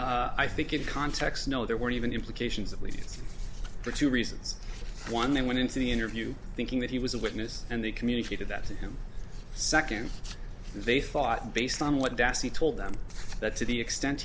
i think in context no there were even implications at least for two reasons one they went into the interview thinking that he was a witness and they communicated that to him second they thought based on what bassi told them that to the extent